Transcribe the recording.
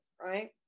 right